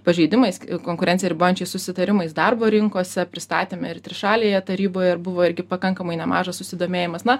pažeidimais k konkurenciją ribojančiais susitarimais darbo rinkose pristatėme ir trišalėje taryboje ir buvo irgi pakankamai nemažas susidomėjimas na